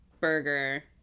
burger